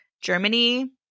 Germany